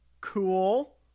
Cool